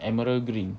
emerald green